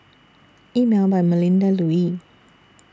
Emel By Melinda Looi